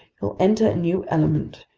you'll enter a new element,